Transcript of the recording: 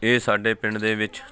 ਇਹ ਸਾਡੇ ਪਿੰਡ ਦੇ ਵਿੱਚ